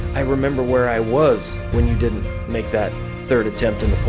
i remember where i was when you didn't make that third attempt in